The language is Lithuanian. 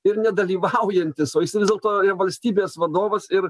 ir nedalyvaujantis o jis vis dėlto yra valstybės vadovas ir